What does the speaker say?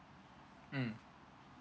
mm